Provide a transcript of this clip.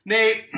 Nate